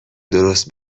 درست